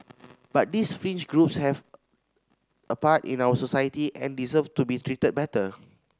but these fringe groups have a part in our society and deserve to be treated better